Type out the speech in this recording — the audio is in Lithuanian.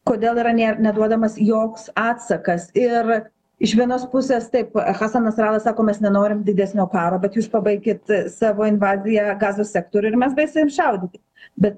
kodėl yra ne neduodamas joks atsakas ir iš vienos pusės taip hassan nasrallah sako mes nenorim didesnio karo bet jūs pabaikit savo invaziją gazos sektoriuj ir mes galėsim šaudyti bet